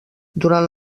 durant